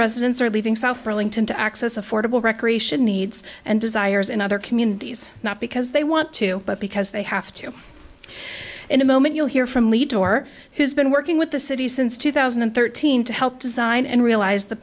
residents are leaving south burlington to access affordable recreation needs and desires in other communities not because they want to but because they have to in a moment you'll hear from leader who's been working with the city since two thousand and thirteen to help design and realize the